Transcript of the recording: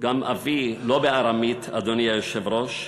גם אביא, לא בארמית, אדוני היושב-ראש,